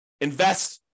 Invest